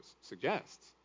suggests